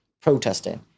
Protesting